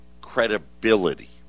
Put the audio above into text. credibility